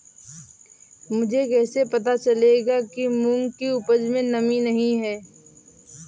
मुझे कैसे पता चलेगा कि मूंग की उपज में नमी नहीं है?